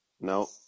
No